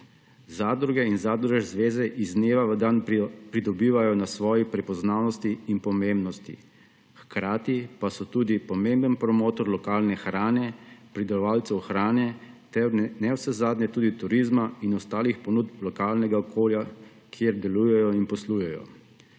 Zadruge in zadružne zveze iz dneva v dan pridobivajo na svoji prepoznavnosti in pomembnosti, hkrati pa so tudi pomemben promotor lokalne hrane, pridelovalcev hrane ter navsezadnje tudi turizma in ostalih ponudb lokalnega okolja, kjer delujejo in poslujejo.